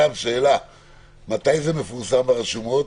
מתי זה מפורסם ברשומות?